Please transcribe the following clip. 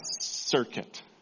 circuit